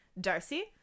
Darcy